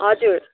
हजुर